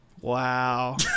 Wow